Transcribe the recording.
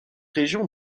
région